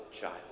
child